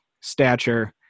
stature